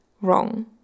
Wrong